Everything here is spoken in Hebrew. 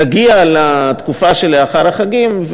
נגיע לתקופה שלאחר החגים,